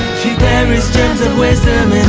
she buries gems of wisdom